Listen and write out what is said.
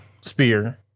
Spear